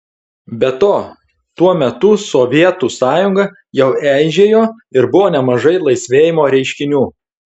be to tuo metu sovietų sąjunga jau eižėjo ir buvo nemažai laisvėjimo reiškinių